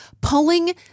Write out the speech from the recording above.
pulling